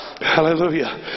Hallelujah